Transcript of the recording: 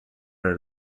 are